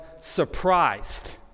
surprised